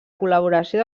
col·laboració